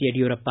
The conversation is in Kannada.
ಯಡಿಯೂರಪ್ಪ